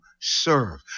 serve